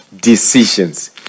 decisions